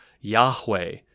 Yahweh